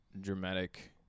dramatic